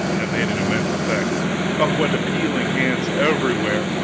that made an immense effect up went appealing hands everywhere,